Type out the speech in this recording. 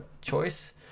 choice